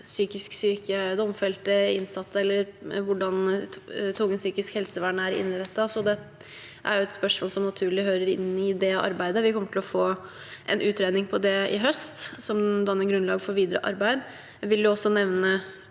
psykisk syke domfelte og innsatte, og hvordan tvungent psykisk helsevern er innrettet. Dette er et spørsmål som naturlig hører til det arbeidet. Vi kommer til å få en utredning om det i høst, som vil danne grunnlag for videre arbeid. Jeg vil også nevne